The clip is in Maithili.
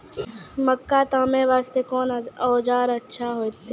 मक्का तामे वास्ते कोंन औजार अच्छा होइतै?